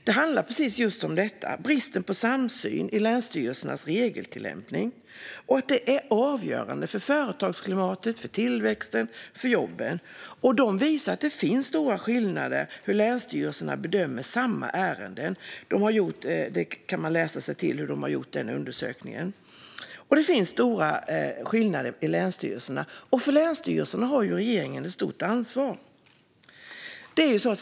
Pressmeddelandet handlar just om bristen på samsyn i länsstyrelsernas regeltillämpning och att det är avgörande för företagsklimatet, för tillväxten och för jobben. Man kan läsa sig till hur de har gjort undersökningen, som visar att det finns stora skillnader i hur länsstyrelserna bedömer samma ärenden. Regeringen har ett stort ansvar för länsstyrelserna.